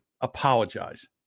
apologize